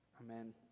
Amen